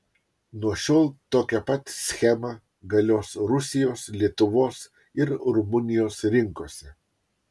nuo šiol tokia pat schema galios rusijos lietuvos ir rumunijos rinkose